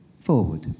forward